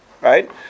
Right